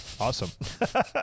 awesome